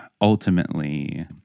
ultimately